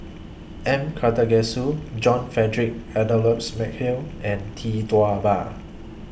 M Karthigesu John Frederick Adolphus Mcnair and Tee Tua Ba